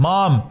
Mom